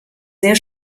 sehr